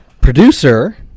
producer